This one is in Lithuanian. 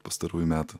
pastarųjų metų